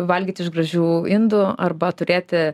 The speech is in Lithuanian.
valgyti iš gražių indų arba turėti